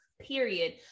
period